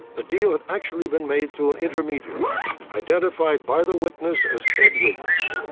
the deal had actually been made through an intermediary identified by the witness as ed williams.